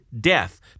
death